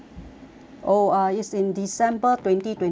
oh uh it's in december twenty twenty one